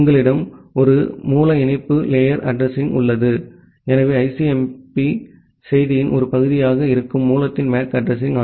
உங்களிடம் ஒரு மூல இணைப்பு லேயர் அட்ரஸிங் உள்ளது எனவே ICMP செய்தியின் ஒரு பகுதியாக இருக்கும் மூலத்தின் MAC அட்ரஸிங்